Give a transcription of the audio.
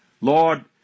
Lord